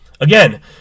again